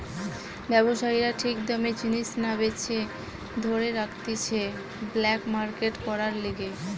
ব্যবসায়ীরা ঠিক দামে জিনিস না বেচে ধরে রাখতিছে ব্ল্যাক মার্কেট করার লিগে